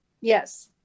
yes